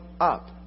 up